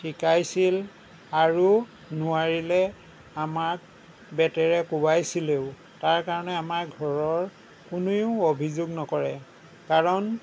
শিকাইছিল আৰু নোৱাৰিলে আমাক বেটেৰে কোবাইছিলেও তাৰ কাৰণে আমাৰ ঘৰৰ কোনেও অভিযোগ নকৰে কাৰণ